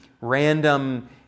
random